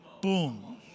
Boom